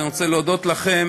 אז אני רוצה להודות לכם.